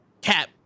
Cap